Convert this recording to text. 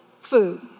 Food